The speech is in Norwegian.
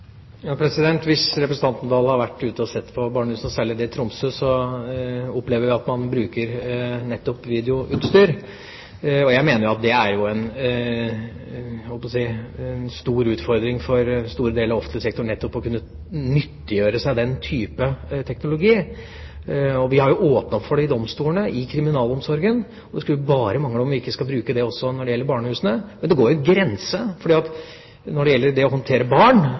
Hvis representanten Oktay Dahl hadde vært ute og sett på barnehusene, og særlig det i Tromsø, ville han opplevd at man bruker nettopp videoutstyr. Jeg mener at det er en stor utfordring for store deler av offentlig sektor nettopp å kunne nyttiggjøre seg den type teknologi. Vi har åpnet opp for det i domstolene, i kriminalomsorgen. Det skulle bare mangle om vi ikke også skulle kunne bruke det i forbindelse med barnehusene. Men det går en grense, fordi når det gjelder det å håndtere barn,